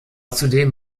zudem